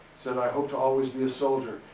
said, i hope to always be a soldier.